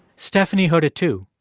stephanie heard it, too.